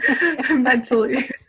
mentally